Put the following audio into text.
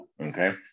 Okay